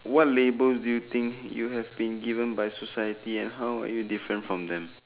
what labels do you think you have been given by society and how are you different from them